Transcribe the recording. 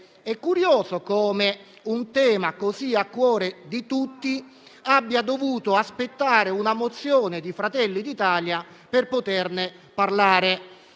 È curioso come un tema che sta così a cuore a tutti abbia dovuto aspettare una mozione di Fratelli d'Italia perché se ne potesse parlare.